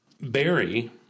Barry